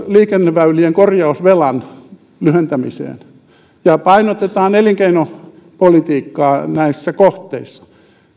liikenneväylien korjausvelan lyhentämiseen ja painotetaan elinkeinopolitiikkaa näissä kohteissa